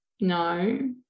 No